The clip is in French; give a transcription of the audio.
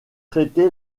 traité